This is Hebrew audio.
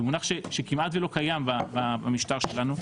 זה מונח שכמעט ולא קיים במשטר שלנו,